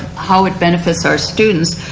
how it benefits our students.